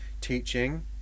teaching